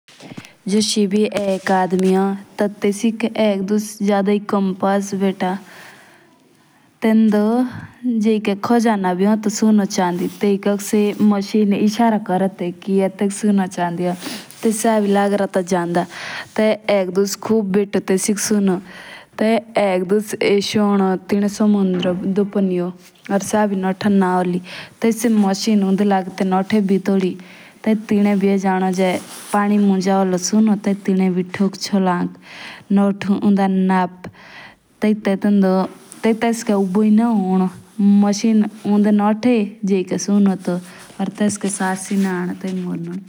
जस एबि एक आदमी होन तो तेसिक एक दस जदयी कम्पास भेटन टेंडो जेयिके खगना भी होन। सुनो चाँदी तो तैयिकोक से मशीन एसारा कोरो ते की एतेक सुनो चाँदी माननीय। तेई एक दस एसो होनो तिने समुंद्रोंदो पो नियो रो सा भी नोथा नव लेयी तेयी से मशीन अन्डी लागे ते नोथी तेयी तिने भी ये झानो जे पानी मुंज होंडो सुनो।